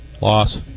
loss